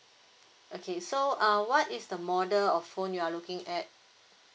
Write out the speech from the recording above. okay so err what is the model of phone you're looking at